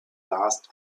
last